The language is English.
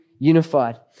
Unified